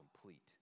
complete